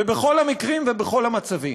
ובכל המקרים ובכל המצבים.